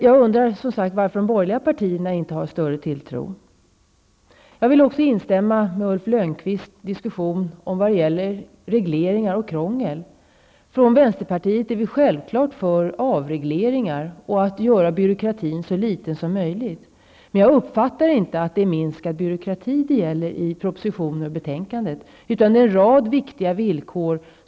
Jag undrar, som sagt, varför de borgerliga partierna inte visar en större tilltro till den förda politiken. Vidare instämmer jag i Ulf Lönnqvists uttalanden om regleringarna och krånglet. Vi i vänsterpartiet är självfallet för avregleringar. Vi vill att det skall vara så litet byråkrati som möjligt. Men när det gäller propositionen och betänkandet uppfattar jag inte att det handlar om en minskad byråkrati. I stället vill man ta bort en rad viktiga villkor.